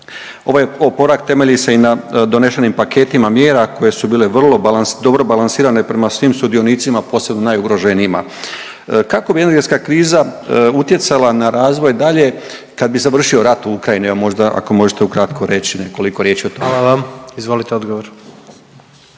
Ovaj oporavak temelji se i na donešenim paketima mjera koje su bile vrlo balan…, dobro balansirane prema svim sudionicima, posebno najugroženijima. Kako bi energetska kriza utjecala na razvoj dalje kad bi završio rat u Ukrajini? Evo možda ako možete ukratko reći nekoliko riječi o tome. **Jandroković, Gordan